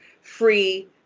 free